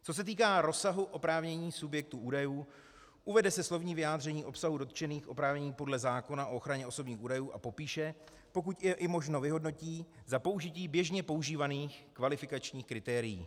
Co se týká rozsahu oprávnění subjektu údajů, uvede se slovní vyjádření obsahu dotčených oprávnění podle zákona o ochraně osobních údajů a popíše, pokud možno je i vyhodnotí za použití běžně používaných kvalifikačních kritérií.